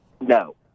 No